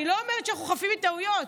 אני לא אומרת שאנחנו חפים מטעויות,